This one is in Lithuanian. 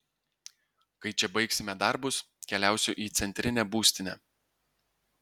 kai čia baigsime darbus keliausiu į centrinę būstinę